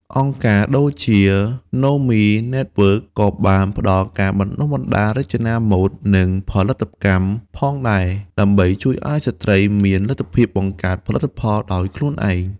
អង្គការដូចជា ណូមី ណេតវើក Nomi Network ក៏បានផ្តល់ការបណ្តុះបណ្តាលរចនាម៉ូដ និងផលិតកម្មផងដែរ ដើម្បីជួយស្ត្រីឱ្យមានលទ្ធភាពបង្កើតផលិតផលដោយខ្លួនឯង។